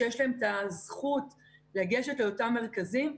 שיש להם את הזכות לגשת לאותם מרכזים.